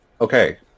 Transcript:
Okay